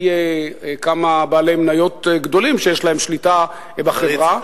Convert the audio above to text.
כמה בעלי מניות גדולים שיש להם שליטה בחברה.